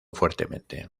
fuertemente